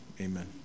Amen